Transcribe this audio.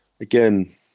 Again